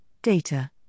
Data